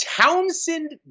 Townsend